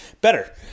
better